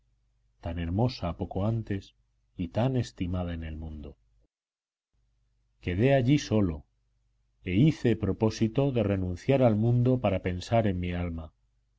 tan hermosa poco antes y tan estimada en el mundo quedé allí solo e hice propósito de renunciar al mundo para pensar en mi alma